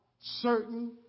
certain